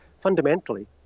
fundamentally